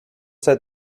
sei